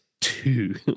two